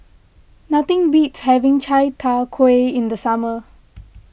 nothing beats having Chai Tow Kway in the summer